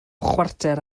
chwarter